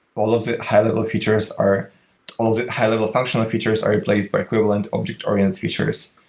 all of the high level features are all of the high level functional features are replaced by equivalent object orient features.